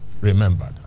Remembered